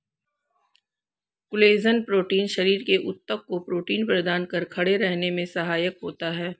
collagen protein शरीर के ऊतक को प्रोटीन प्रदान कर खड़े रहने में सहायक होता है